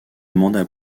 mandat